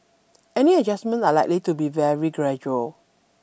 any adjustments are likely to be very gradual